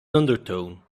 undertone